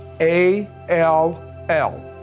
A-L-L